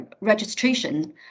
registration